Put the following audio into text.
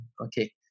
okay